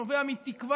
הוא נובע מתקווה,